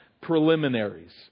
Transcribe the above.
preliminaries